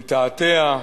מתעתע,